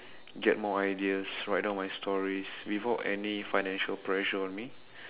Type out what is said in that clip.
get more ideas write down my stories without any financial pressure on me